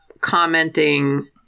commenting